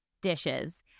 dishes